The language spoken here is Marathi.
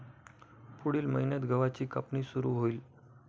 पुढील महिन्यात गव्हाची कापणी सुरू होईल